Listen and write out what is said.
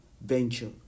venture